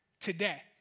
today